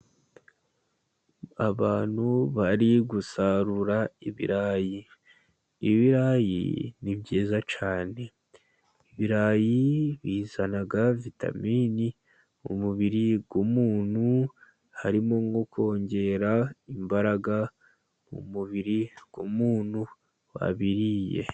Abantu bari gusarura ibirayi. Ibirayi ni byiza cyane. Ibirayi bizana vitamini mu mubiri w'umuntu, harimo nko kongera imbaraga mu mubiri w'umuntu wabiriye.